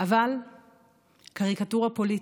אבל קריקטורה פוליטית,